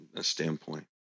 standpoint